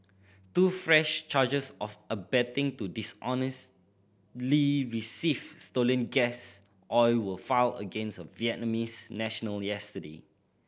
two fresh charges of abetting to dishonestly receive stolen gas oil were filed against a Vietnamese national yesterday